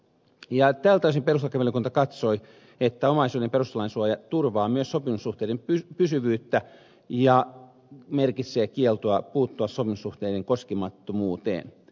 tältä osin perustuslakivaliokunta katsoi että omaisuuden suoja ja perustuslainsuoja turvaa myös sopimussuhteiden pysyvyyttä ja merkitsee kieltoa puuttua sopimussuhteiden koskemattomuuteen